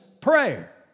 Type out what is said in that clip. prayer